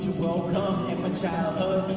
will come in my childhood.